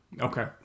Okay